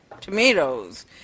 Tomatoes